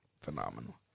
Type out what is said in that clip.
Phenomenal